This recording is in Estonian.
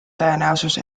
tõenäosus